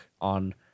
on